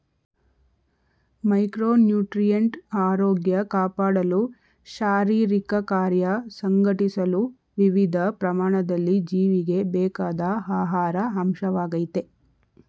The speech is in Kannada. ಮೈಕ್ರೋನ್ಯೂಟ್ರಿಯಂಟ್ ಆರೋಗ್ಯ ಕಾಪಾಡಲು ಶಾರೀರಿಕಕಾರ್ಯ ಸಂಘಟಿಸಲು ವಿವಿಧ ಪ್ರಮಾಣದಲ್ಲಿ ಜೀವಿಗೆ ಬೇಕಾದ ಆಹಾರ ಅಂಶವಾಗಯ್ತೆ